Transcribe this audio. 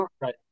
right